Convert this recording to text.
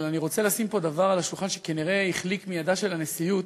אבל אני רוצה לשים פה על השולחן דבר שכנראה החליק מידה של הנשיאות,